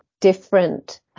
different